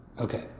Okay